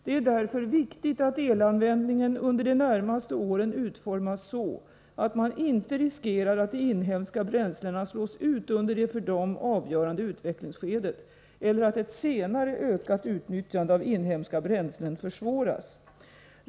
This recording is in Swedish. Det är därför viktigt att elanvändningen under de närmaste åren utformas så, att man inte riskerar att de inhemska bränslena slås ut under det för dem avgörande utvecklingsskedet, eller att ett senare ökat utnyttjande av inhemska bränslen försvåras.